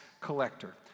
collector